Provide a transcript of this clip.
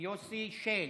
יוסי שיין.